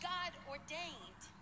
God-ordained